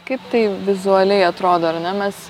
kaip tai vizualiai atrodo ar ne mes